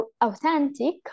authentic